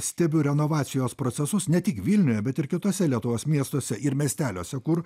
stebiu renovacijos procesus ne tik vilniuje bet ir kituose lietuvos miestuose ir miesteliuose kur